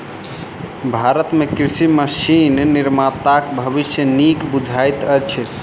भारत मे कृषि मशीन निर्माताक भविष्य नीक बुझाइत अछि